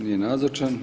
Nije nazočan.